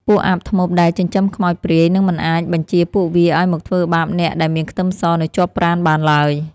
ពួកអាបធ្មប់ដែលចិញ្ចឹមខ្មោចព្រាយនឹងមិនអាចបញ្ជាពួកវាឱ្យមកធ្វើបាបអ្នកដែលមានខ្ទឹមសនៅជាប់ប្រាណបានឡើយ។